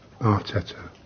Arteta